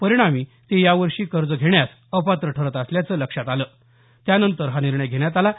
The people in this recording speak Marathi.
परिणामी ते यावर्षी कर्ज घेण्यास अपात्र ठरत असल्याचं लक्षात आल्यानंतर हा निर्णय घेण्यात आला आहे